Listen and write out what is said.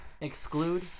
exclude